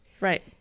Right